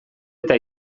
eta